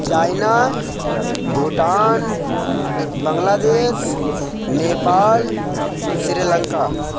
China Bhutan Bangladesh Nepal Sri Lanka